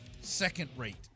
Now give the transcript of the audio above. second-rate